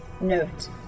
Note